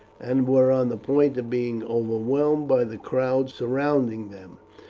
and were on the point of being overwhelmed by the crowds surrounding them,